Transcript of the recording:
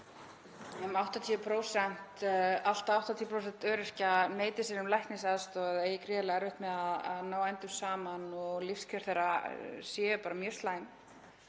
allt að 80% öryrkja neiti sér um læknisaðstoð og eigi gríðarlega erfitt með að ná endum saman og lífskjör þeirra séu bara mjög slæm.